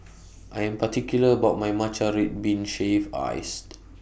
I Am particular about My Matcha Red Bean Shaved Iced